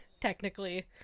technically